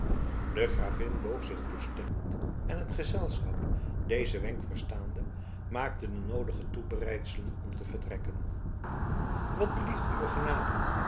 de gravin boog zich toestemmend en het gezelschap dezen wenk verstaande maakte de noodige toebereidselen om te vertrekken wat belieft uwe genade